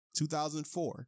2004